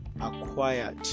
acquired